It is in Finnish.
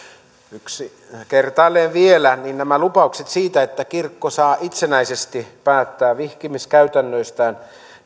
kertaalleen vielä nämä lupaukset siitä että kirkko saa itsenäisesti päättää vihkimiskäytännöistään